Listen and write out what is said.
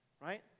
right